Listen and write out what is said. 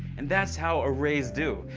and that's how arrays do.